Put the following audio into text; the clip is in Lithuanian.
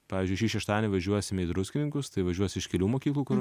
pavyzdžiui šį šeštadienį važiuosime į druskininkus tai važiuos iš kelių mokyklų kur